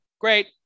great